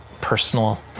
personal